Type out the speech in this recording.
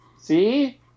See